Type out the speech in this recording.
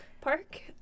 park